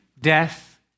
death